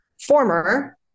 former